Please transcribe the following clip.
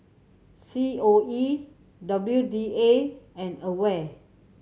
C O E W D A and AWARE